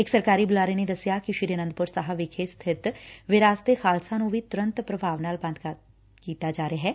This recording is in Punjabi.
ਇਕ ਸਰਕਾਰੀ ਬੁਲਾਰੇ ਨੇ ਦਸਿਆ ਕਿ ਸ੍ਰੀ ਆਨੰਦਪੁਰ ਸਾਹਿਬ ਵਿਖੇ ਸਬਿਤ ਵਿਰਾਸਤ ਏ ਖਾਲਸਾ ਨੂੰ ਵੀ ਤੁਰੰਤ ਪ੍ਰਭਾਵ ਨਾਲ ਬੰਦ ਕੀਤਾ ਜਾ ਰਿਹੈ